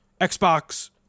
Xbox